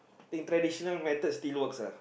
think traditional methods still work uh